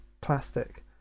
plastic